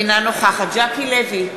אינה נוכחת ז'קי לוי,